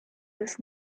this